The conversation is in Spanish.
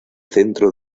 centro